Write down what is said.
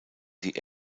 die